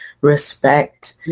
respect